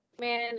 Man